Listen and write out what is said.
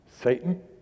Satan